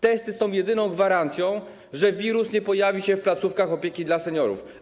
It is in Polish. Testy są jedyną gwarancją, że wirus nie pojawi się w placówkach opieki dla seniorów.